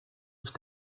ich